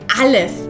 alles